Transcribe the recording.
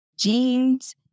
jeans